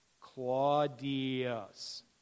Claudius